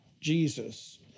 Jesus